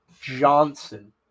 Johnson